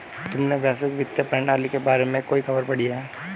तुमने वैश्विक वित्तीय प्रणाली के बारे में कोई खबर पढ़ी है?